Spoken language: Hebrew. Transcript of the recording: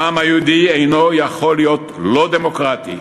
העם היהודי אינו יכול להיות לא דמוקרטי,